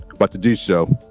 but to do so,